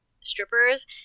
strippers